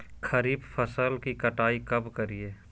खरीफ फसल की कटाई कब करिये?